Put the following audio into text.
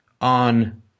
on